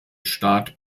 staat